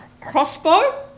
crossbow